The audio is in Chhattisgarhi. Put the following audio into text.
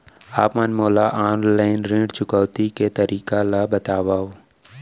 आप मन मोला ऑनलाइन ऋण चुकौती के तरीका ल बतावव?